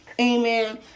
amen